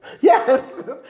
Yes